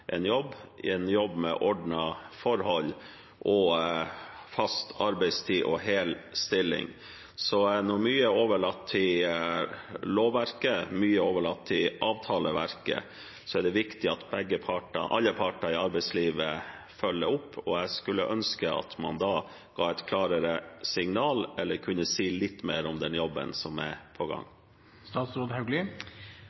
en jobb, en jobb med ordnede forhold, fast arbeidstid og hel stilling. Når mye er overlatt til lovverket og mye er overlatt til avtaleverket, er det viktig at alle parter i arbeidslivet følger opp, og jeg skulle ønske at man da ga et klarere signal eller kunne si litt mer om den jobben som er på gang.